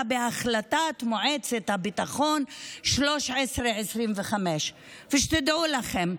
בהחלטת מועצת הביטחון 1325. שתדעו לכם,